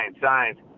science